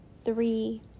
three